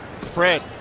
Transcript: Fred